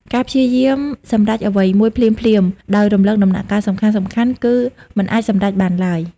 ការព្យាយាមសម្រេចអ្វីមួយភ្លាមៗ ដោយរំលងដំណាក់កាលសំខាន់ៗ គឺមិនអាចសម្រេចបានឡើយ។